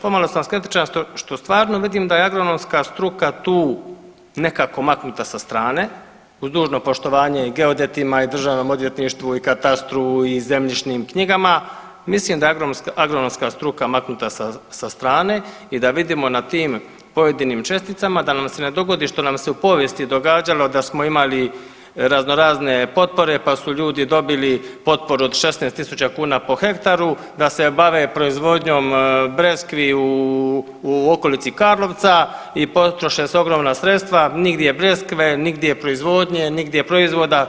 Pomalo sam skeptičan što stvarno vidim da je agronomska struka tu nekako maknuta sa strane, uz dužno poštovanje i geodetima i državnom odvjetništvu, i katastru, i zemljišnim knjigama, mislim da je agronomska struka maknuta sa strane i da vidimo da na tim pojedinim česticama da nam se ne dogodi što nam se u povijesti događalo da smo imali raznorazne potpore pa su ljudi dobili potporu od 16.000 kuna po hektaru, da se bave proizvodnjom breskvi u okolici Karlovca i potroše se ogromna sredstva, nigdje breskve, nigdje proizvodnje, nigdje proizvoda.